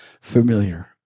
familiar